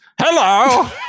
Hello